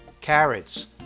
carrots